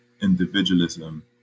individualism